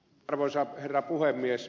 arvoisa herra puhemies